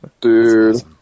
Dude